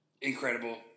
Incredible